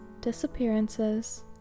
Disappearances